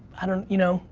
i don't, you know,